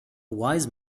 wise